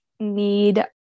Need